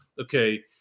okay